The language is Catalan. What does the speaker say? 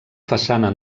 façana